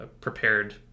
prepared